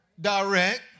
direct